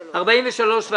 מי בעד אישור סעיף 43?